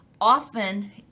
often